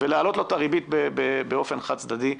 ולהעלות לו את הריבית באופן חד-צדדי.